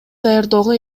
даярдоого